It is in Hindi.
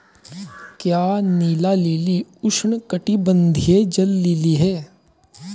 क्या नीला लिली उष्णकटिबंधीय जल लिली है?